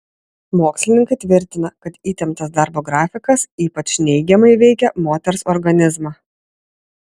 mokslininkai tvirtina kad įtemptas darbo grafikas ypač neigiamai veikia moters organizmą